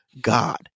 God